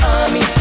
army